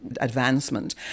advancement